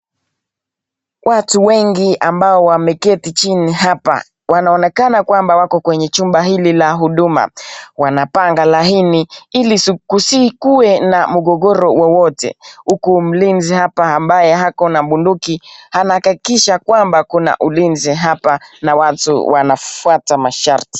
Watu wengi ambao wameketi chini hapa wanaonekana kwamba wako kwenye chumba hili la huduma wanapanga laini ili kusikuwe na mgogoro wowote huku mlinzi hapa ambaye ako na bunduki anahakikisha kwamba kuna ulinzi hapa na watu wanafuata masharti.